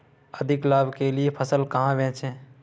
अधिक लाभ के लिए फसल कहाँ बेचें?